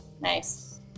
nice